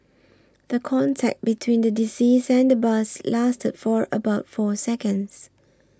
the contact between the deceased and the bus lasted for about four seconds